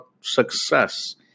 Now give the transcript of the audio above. success